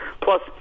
Plus